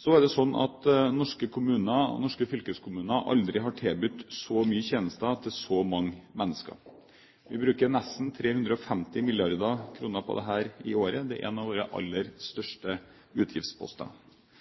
Så er det sånn at norske kommuner og fylkeskommuner aldri tidligere har tilbudt så mange tjenester til så mange mennesker. Vi bruker nesten 350 mrd. kr på dette i året. Det er en av våre aller